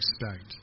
expect